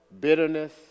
bitterness